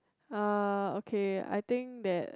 uh okay I think that